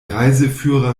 reiseführer